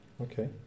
Okay